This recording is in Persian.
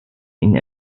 این